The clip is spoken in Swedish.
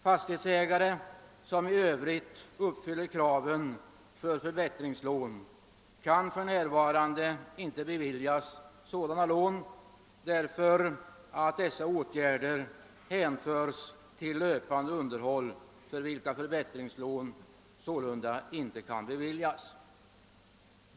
Fastighetsägare, som i övrigt uppfyller kraven för förbättringslån, kan för närvarande inte beviljas sådana lån därför att dessa åtgärder hänförs till löpande underhåll, för vilket förbättringslån inte kan beviljas.